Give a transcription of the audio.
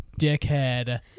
dickhead